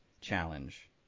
challenge